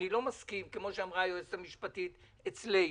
כפי שאמרה היועצת המשפטית שלנו,